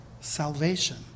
salvation